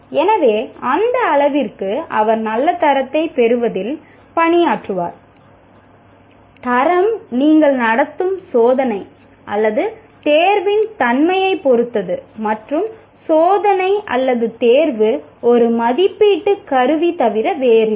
எனவே அந்த அளவிற்கு அவர் நல்ல தரத்தைப் பெறுவதில் பணியாற்றுவார் தரம் நீங்கள் நடத்தும் சோதனை அல்லது தேர்வின் தன்மையைப் பொறுத்தது மற்றும் சோதனை அல்லது தேர்வு ஒரு மதிப்பீட்டு கருவி தவிர வேறில்லை